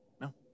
No